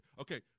Okay